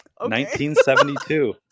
1972